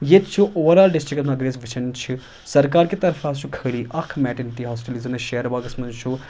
ییٚتہِ چھُ اوٚوَرآل ڈِسٹرٛکَس منٛز اگر أسۍ وٕچھان چھِ سرکار کہ طرفہٕ حظ چھُ خٲلی اَکھ مٮ۪ٹرنٹی ہاسپِٹَل یُس زَن اَسہِ شیر باغَس منٛز چھُ